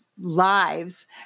lives